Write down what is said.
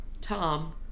Tom